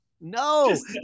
No